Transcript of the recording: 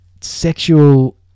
sexual